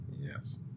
Yes